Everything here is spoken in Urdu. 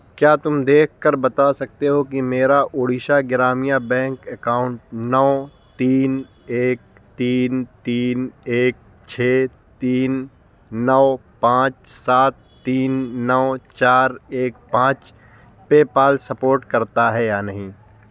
کیا تم دیکھ کر بتا سکتے ہو کہ میرا اڑیشہ گرامین بینک اکاؤنٹ نو تین ایک تین تین ایک چھ تین نو پانچ سات تین نو چار ایک پانچ پے پال سپورٹ کرتا ہے یا نہیں